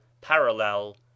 Parallel